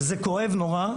וזה כואב נורא,